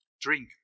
Drink